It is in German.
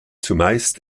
zumeist